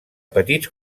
petits